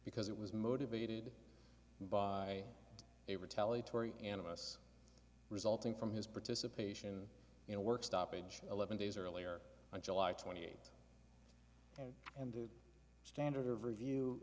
because it was motivated by a retaliatory and of us resulting from his participation in a work stoppage eleven days earlier on july twenty eight and the standard of review